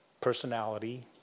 Personality